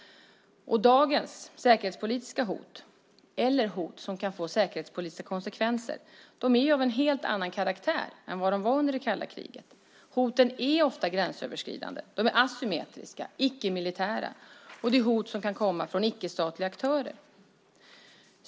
Dagens säkerhetspolitiska hot, eller hot som kan få säkerhetspolitiska konsekvenser, är av en helt annan karaktär än vad de var under det kalla kriget. Hoten är ofta gränsöverskridande, asymmetriska, icke-militära och kan komma från icke-statliga aktörer.